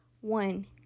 one